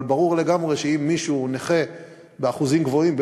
אבל ברור לגמרי שאם מישהו הוא נכה באחוזים גבוהים,